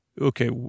okay